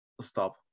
stop